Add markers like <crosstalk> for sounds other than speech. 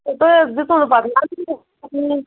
A تۄہہِ حظ دِژو نہٕ پَتہٕ نَظرٕے <unintelligible> ٹھیٖک